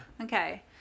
Okay